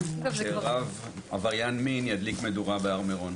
שרב עבריין מין ידליק מדורה בהר מירון.